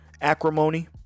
Acrimony